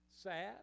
Sad